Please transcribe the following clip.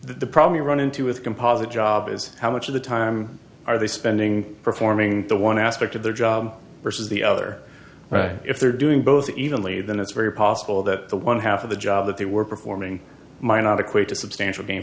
the probably run into with composite job is how much of the time are they spending performing the one aspect of their job versus the other if they're doing both evenly then it's very possible that the one half of the job that they were performing might not equate to substantial gain